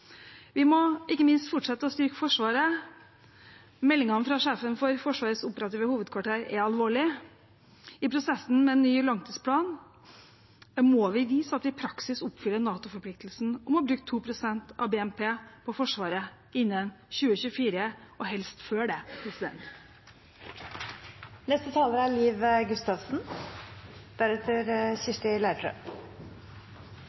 Vi må ikke minst fortsette å styrke Forsvaret. Meldingene fra sjefen for Forsvarets operative hovedkvarter er alvorlige. I prosessen med ny langtidsplan må vi vise at vi i praksis oppfyller NATO-forpliktelsen om å bruke 2 pst. av BNP på Forsvaret innen 2024, og helst før det.